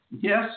Yes